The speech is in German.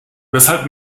weshalb